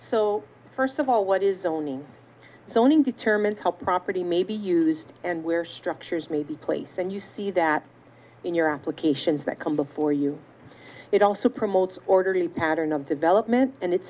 so first of all what is owning sewing determined help property may be used and where structures may be place and you see that in your applications that come before you it also promotes orderly pattern of development and it